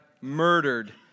murdered